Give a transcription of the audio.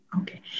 Okay